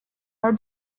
are